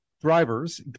drivers